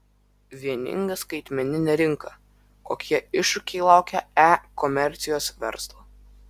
vieninga skaitmeninė rinka kokie iššūkiai laukia e komercijos verslo